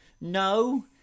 No